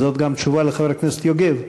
זאת גם תשובה לחבר הכנסת יוגב.